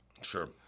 Sure